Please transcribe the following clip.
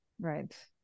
Right